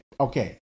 Okay